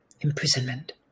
imprisonment